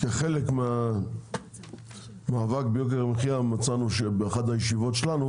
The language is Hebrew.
כחלק מהמאבק ביוקר המחיה מצאנו באחת הישיבות שלנו